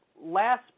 last